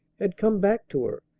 had come back to her,